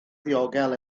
ddiogel